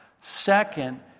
Second